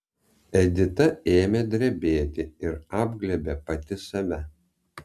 edita ėmė drebėti ir apglėbė pati save